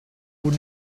who